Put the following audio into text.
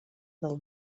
del